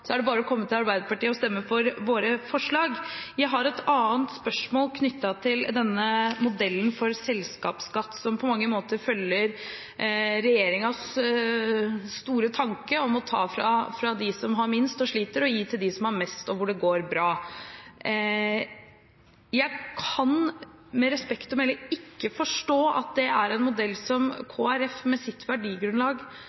så er det bare å komme til Arbeiderpartiet og stemme for våre forslag. Jeg har et annet spørsmål knyttet til denne modellen for selskapsskatt, som på mange måter følger regjeringens store tanke om å ta fra dem som har minst og som sliter, og gi til dem som har mest, og hvor det går bra. Jeg kan, med respekt å melde, ikke forstå at det er en modell som Kristelig Folkeparti med sitt verdigrunnlag